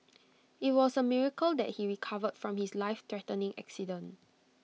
IT was A miracle that he recovered from his lifethreatening accident